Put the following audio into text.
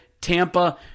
Tampa